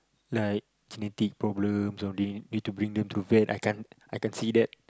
like genetic problems all that need to bring them to the vet I can't I can see that